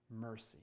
mercy